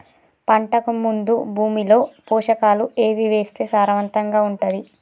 పంటకు ముందు భూమిలో పోషకాలు ఏవి వేస్తే సారవంతంగా ఉంటది?